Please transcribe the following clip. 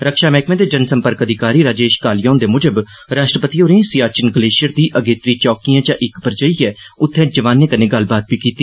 रक्षा मैहकमे दे जन सम्पर्क अधिकारी राजेश कालिया हुन्दे मुजब राष्ट्रपति होरें सियाचिन ग्लेशियर दी अगेत्री चौकिए चा इक पर जाइयै उत्थें जवानें कन्नै गल्लबात बी कीती